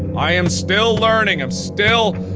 i am still learning. i'm still